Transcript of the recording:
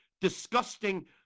disgusting